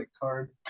card